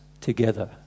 together